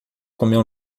comeu